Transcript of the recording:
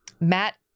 Matt